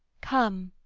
come,